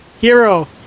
Hero